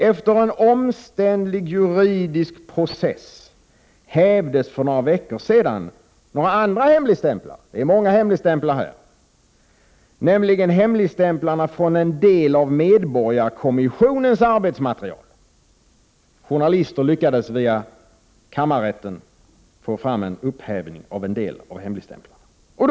Efter en omständlig juridisk process hävdes för ett par veckor sedan några andra hemligstämplar, det är många hemligstämplar här, nämligen hemligstämplarna rörande en del av medborgarkommissionens arbetsmaterial. Journalister lyckades via kammarrätten få några av hemligstämplarna upphävda.